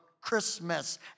Christmas